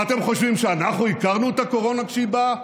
ואתם חושבים שאנחנו הכרנו את הקורונה כשהיא באה?